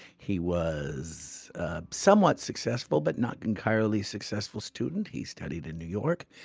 he was a somewhat successful but not entirely successful student. he studied in new york.